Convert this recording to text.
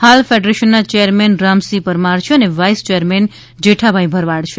હાલ ફેડરેશનના ચેરમેન રામસિંહ પરમાર છે અને વાઇસ ચેરમેન જેઠાભાઇ ભરવાડ છે